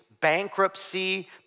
bankruptcy